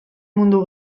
mundu